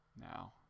Now